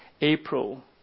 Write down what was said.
April